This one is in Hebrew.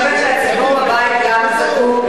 אני חושבת שהציבור בבית גם זקוק,